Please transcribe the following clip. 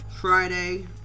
Friday